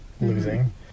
losing